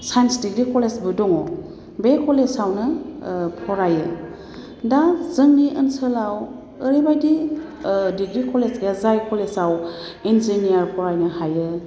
science degree कलेजबो दङ बे कलेजावनो फरायो दा जोंनि ओनसोलाव ओरैबादि डिग्रि कलेज गैया जाय कलेजाव इनजिनियार फरायनो हायो